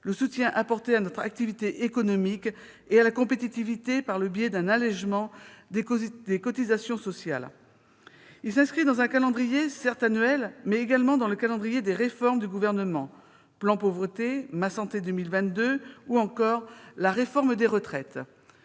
le soutien apporté à notre activité économique et à la compétitivité par le biais d'un allégement des cotisations sociales. Il s'inscrit, certes, dans un calendrier annuel, mais également dans le calendrier des réformes du Gouvernement : plan Pauvreté, plan « Ma santé 2022 », réforme des retraites.